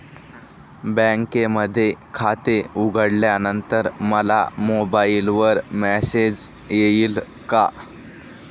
बँकेमध्ये खाते उघडल्यानंतर मला मोबाईलवर मेसेज येईल का?